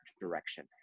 direction